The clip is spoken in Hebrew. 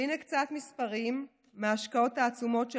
והינה קצת מספרים מההשקעות העצומות של